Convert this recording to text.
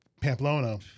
Pamplona